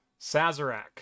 Sazerac